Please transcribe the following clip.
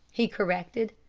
he corrected,